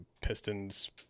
pistons